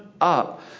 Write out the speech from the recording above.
up